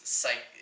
psych